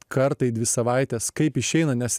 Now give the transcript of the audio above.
kartą į dvi savaites kaip išeina nes